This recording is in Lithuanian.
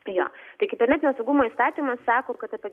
jo tai kibernetinio saugumo įstatymas sako kad apie